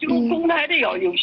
do you